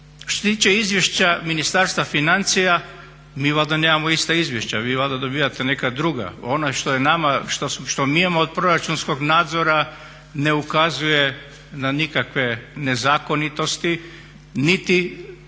tiče Izvješća Ministarstva financija mi valjda nemamo ista izvješća. Vi valjda dobivate neka druga. Onaj što je nama, što mi imamo od proračunskog nadzora ne ukazuje na nikakve nezakonitosti, niti